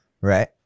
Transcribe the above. Right